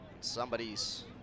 Somebody's